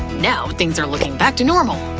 now things are looking back to normal.